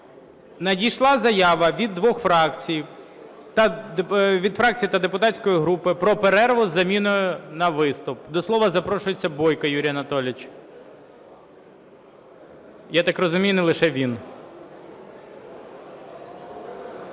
надійшла заява від двох фракцій… від фракції та депутатської групи про перерву з заміною на виступ. До слова запрошується Бойко Юрій Анатолійович. Я так розумію, не лише він.